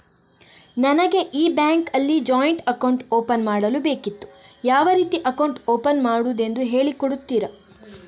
ನನಗೆ ಈ ಬ್ಯಾಂಕ್ ಅಲ್ಲಿ ಜಾಯಿಂಟ್ ಅಕೌಂಟ್ ಓಪನ್ ಮಾಡಲು ಬೇಕಿತ್ತು, ಯಾವ ರೀತಿ ಅಕೌಂಟ್ ಓಪನ್ ಮಾಡುದೆಂದು ಹೇಳಿ ಕೊಡುತ್ತೀರಾ?